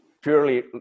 purely